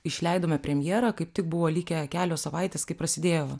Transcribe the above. išleidome premjerą kaip tik buvo likę kelios savaitės kai prasidėjo